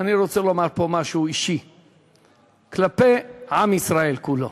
אני רוצה לומר פה משהו אישי כלפי עם ישראל כולו.